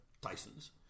Tyson's